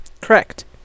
Correct